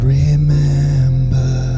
remember